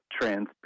transparent